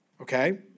Okay